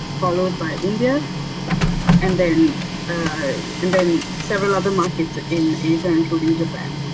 followed by india and then and then several other markets in asia, including japan.